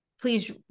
please